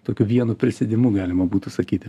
tokiu vienu prisėdimu galima būtų sakyti